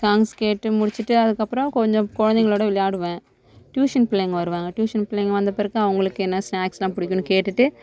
songs கேட்டு முடிச்சுட்டு அதுக்கப்புறம் கொஞ்சம் குழந்தைங்களோட விளையாடுவேன் டியூஷன் பிள்ளைங்க வருவாங்க டியூஷன் பிள்ளைங்க வந்த பிறகு அவங்களுக்கு என்ன ஸ்னாக்ஸ்லாம் பிடிக்குன்னு கேட்டுட்டு